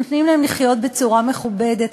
נותנים להם לחיות בצורה מכובדת.